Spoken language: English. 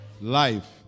life